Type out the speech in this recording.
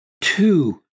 Two